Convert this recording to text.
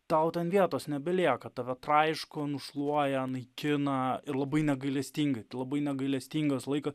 tau ten vietos nebelieka tave traiško nušluoja naikina ir labai negailestingai labai negailestingas laikas